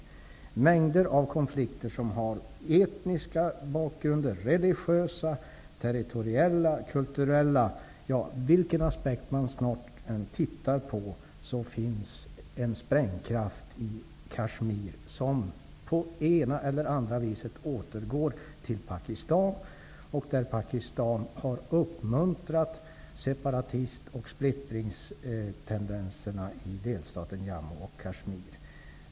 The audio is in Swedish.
Där finns mängder av konflikter som har etnisk, religiös, territoriell eller kulturell bakgrund. Vilken aspekt man än tittar på finns det en sprängkraft i Kashmir som på ena eller andra sättet återgår till Pakistan. Pakistan har uppmuntrat separatist och splittringstendenserna i delstaten Jammu och Kashmir.